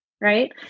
Right